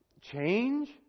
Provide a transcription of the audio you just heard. change